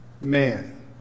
man